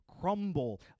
crumble